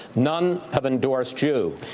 none have endorsed you.